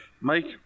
Mike